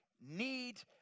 need